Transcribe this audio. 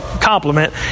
compliment